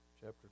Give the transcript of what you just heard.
chapter